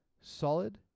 solid